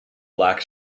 black